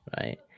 right